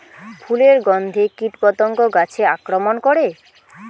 ফুলের গণ্ধে কীটপতঙ্গ গাছে আক্রমণ করে?